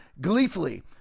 gleefully